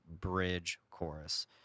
bridge-chorus